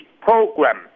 program